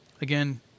Again